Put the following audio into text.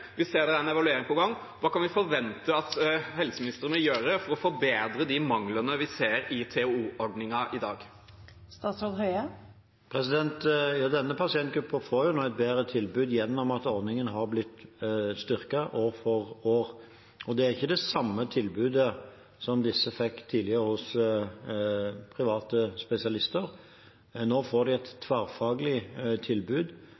vi ser det er en evaluering på gang – hva kan vi forvente at helseministeren vil gjøre for å forbedre de manglene vi ser i TOO-ordningen i dag? Denne pasientgruppen får nå et bedre tilbud gjennom at ordningen har blitt styrket år for år. Det er ikke det samme tilbudet som disse tidligere fikk hos private spesialister. Nå får de et tverrfaglig tilbud